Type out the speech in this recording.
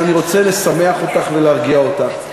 אז אני רוצה לשמח אותך ולהרגיע אותך: